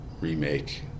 remake